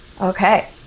okay